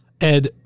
Ed